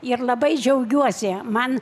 ir labai džiaugiuosi man